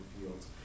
fields